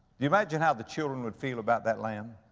you imagine how the children would feel about that lamb?